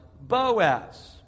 Boaz